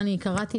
קראתי